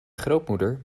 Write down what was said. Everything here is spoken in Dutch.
grootmoeder